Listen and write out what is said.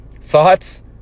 thoughts